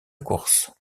course